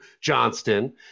Johnston